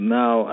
now